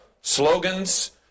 slogans